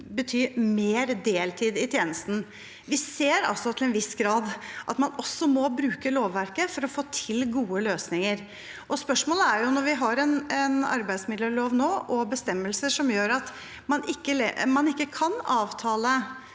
bety mer deltid i tjenesten. Vi ser altså til en viss grad at man også må bruke lovverket for å få til gode løsninger. Spørsmålet er: Når vi nå har en arbeidsmiljølov og bestemmelser som gjør at man ikke kan avtale